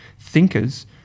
thinkers